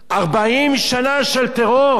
40 שנה של טרור,